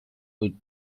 with